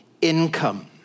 income